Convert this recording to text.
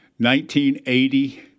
1980